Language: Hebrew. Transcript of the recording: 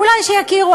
אולי שיכירו,